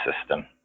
system